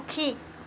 সুখী